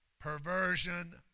perversion